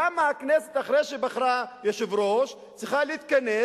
למה הכנסת אחרי שבחרה יושב-ראש צריכה להתכנס